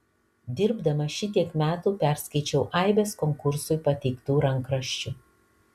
dirbdamas šitiek metų perskaičiau aibes konkursui pateiktų rankraščių